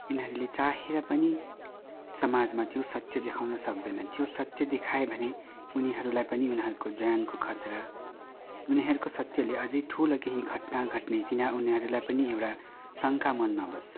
उनीहरूले चाहेर पनि समाजमा त्यो सत्य देखाउन सक्दैन त्यो सत्य देखायो भने उनीहरूलाई पनि उनीहरूको ज्यानको खतरा हुन्छ उनीहरूको सत्यले अझै ठुलो केही घटना घट्ने किन उनीहरूलाई पनि एउटा शङ्का मनमा बस्छ